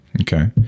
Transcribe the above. Okay